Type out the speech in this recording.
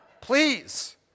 please